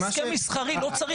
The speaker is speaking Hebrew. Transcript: הסכם מסחרי לא צריך.